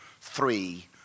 three